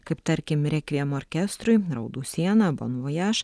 kaip tarkim rekviem orkestrui raudų siena bon vojaž